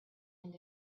end